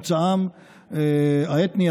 מוצאם האתני,